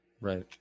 right